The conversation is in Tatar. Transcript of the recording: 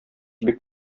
бик